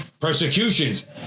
Persecutions